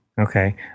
Okay